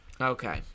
Okay